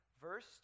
verse